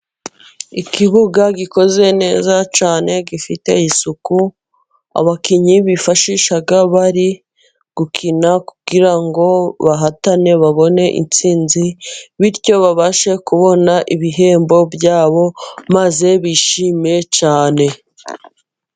Ikibuga gikoze neza cyane gifite isuku abakinnyi bifashisha bari gukina kugira ngo bahatane babone intsinzi, bityo babashe kubona ibihembo byabo maze bishime cyane.